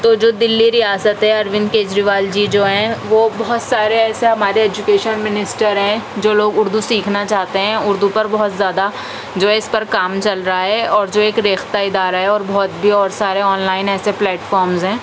تو جو دلی ریاست ہے اروند کیجریوال جی جو ہیں وہ بہت سارے ایسا ہمارے ایجوکیشن منسٹر ہیں جو لوگ اردو سیکھنا چاہتے ہیں اردو پر بہت زیادہ جو ہے اس پر کام چل رہا ہے اور جو ایک ریختہ ادارہ ہے اور بہت بھی اور سارے آن لائن ایسے پلیٹ فارمز ہیں